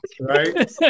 right